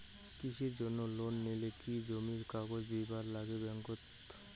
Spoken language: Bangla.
কৃষির জন্যে লোন নিলে কি জমির কাগজ দিবার নাগে ব্যাংক ওত?